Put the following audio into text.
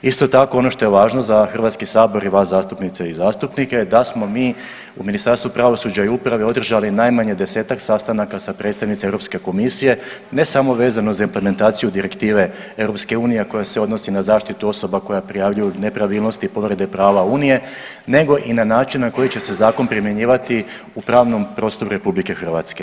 Isto tako ono što je važno za Hrvatski sabor i vas zastupnice i zastupnike da smo mi u Ministarstvu pravosuđa i uprave održali najmanje 10-ak sastanaka sa predstavnicima Europske komisije ne samo vezano za implementaciju Direktive EU koja se odnosi na zaštitu osoba koja prijavljuje nepravilnosti i povrede prava unije nego i na način na koji će se zakon primjenjivati u pravnom prostoru RH.